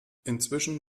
inzwischen